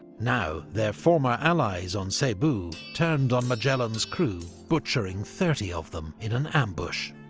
now their former allies on cebu turned on magellan's crew, butchering thirty of them in an ambush.